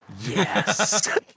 yes